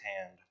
hand